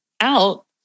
out